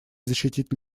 защитить